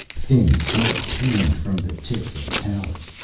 thin smoke plumed from the tips of the towers,